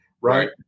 right